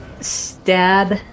stab